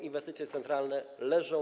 Inwestycje centralne leżą.